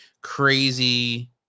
crazy